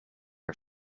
are